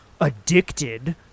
addicted